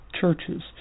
churches